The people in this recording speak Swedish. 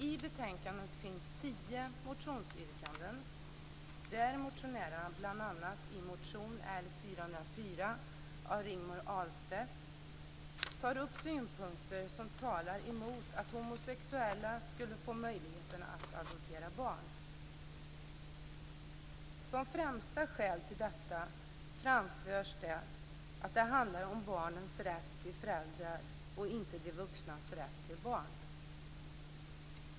I betänkandet finns tio motionsyrkanden där motionärerna, bl.a. i motion L404 av Rigmor Ahlstedt, tar upp synpunkter som talar emot att homosexuella skulle få möjlighet att adoptera barn. Som främsta skäl till detta framförs att det handlar om barnens rätt till föräldrar och inte om de vuxnas rätt till barn.